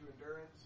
endurance